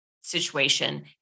situation